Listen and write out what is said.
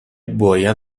باید